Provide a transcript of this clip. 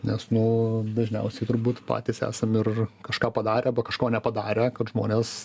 nes nu dažniausiai turbūt patys esam ir kažką padarę arba kažko nepadarę kad žmonės